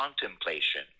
contemplation